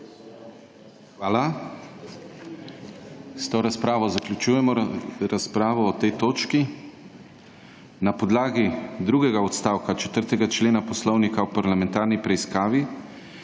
Hvala. S to razpravo zaključujemo razpravo o tej točki. Na podlagi drugega odstavka 4. člena Poslovnika o parlamentarni preiskavi